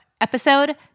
episode